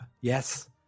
Yes